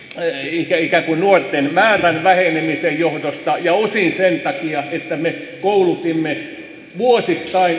ikään ikään kuin nuorten määrän vähenemisen johdosta ja osin sen takia että me koulutimme vuosittain